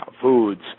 foods